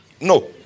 No